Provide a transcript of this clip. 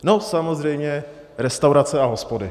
No samozřejmě restaurace a hospody.